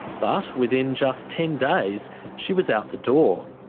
but within just ten days she was out the door.